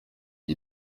iki